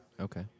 Okay